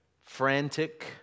frantic